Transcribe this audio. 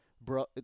Bro